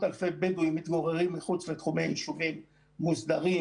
אלפי בדואים מתגוררים מחוץ לתחומי יישובים מוסדרים,